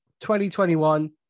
2021